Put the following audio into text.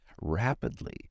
rapidly